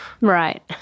Right